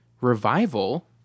revival